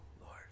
Lord